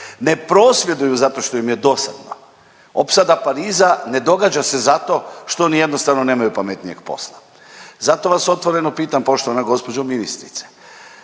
ne prosvjeduju zato što im je dosadno. Opsada Pariza ne događa se zato što oni jednostavno nemaju pametnijeg posla, zato vas otvoreno pitam poštovana gospođo ministrice